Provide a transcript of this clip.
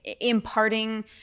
imparting